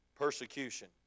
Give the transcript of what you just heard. persecution